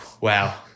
wow